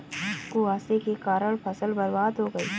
कुहासे के कारण फसल बर्बाद हो गयी